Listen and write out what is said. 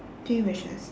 three wishes